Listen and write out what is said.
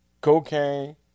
cocaine